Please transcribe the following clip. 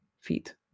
feet